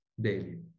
daily